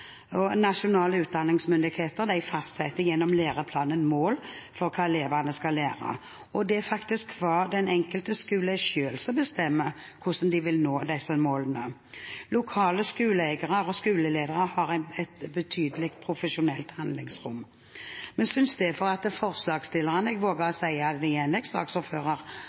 skoleledere. Nasjonale utdanningsmyndigheter fastsetter gjennom læreplanen mål for hva elevene skal lære, og det er den enkelte skole selv som bestemmer hvordan de vil nå disse målene. Lokale skoleeiere og skoleledere har et betydelig profesjonelt handlingsrom. Vi synes derfor at forslagsstillerne – jeg våger å si